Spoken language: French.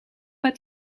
pas